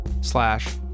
slash